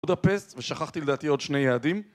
תודה פסט ושכחתי לדעתי עוד שני יעדים